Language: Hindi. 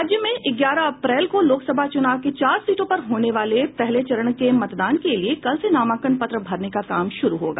राज्य में ग्यारह अप्रैल को लोकसभा चुनाव के चार सीटों पर होने वाले पहले चरण के मतदान के लिये कल से नामांकन पत्र भरने का काम शुरू होगा